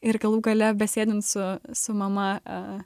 ir galų gale besėdint su su mama